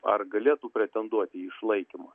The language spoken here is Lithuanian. ar galėtų pretenduoti į išlaikymą